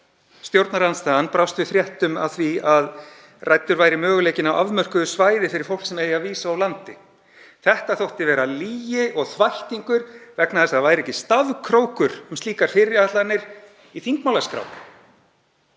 stjórnarandstaðan brást við fréttum af því að ræddur væri möguleikinn á afmörkuðu svæði fyrir fólk sem vísa ætti úr landi. Þetta þótti vera lygi og þvættingur vegna þess að ekki væri stafkrókur um slíkar fyrirætlanir í þingmálaskrá,